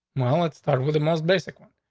well, let's start with the most basic one.